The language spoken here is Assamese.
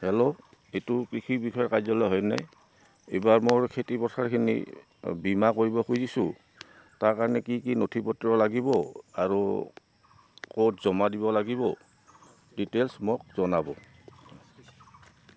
হেল্ল' এইটো কৃষি বিষয় কাৰ্যালয় হয়নে এইবাৰ মোৰ খেতিপথাৰখিনি বীমা কৰিব খুজিছোঁ তাৰ কাৰণে কি কি নথি পত্ৰ লাগিব আৰু ক'ত জমা দিব লাগিব ডিটেইলছ মোক জনাব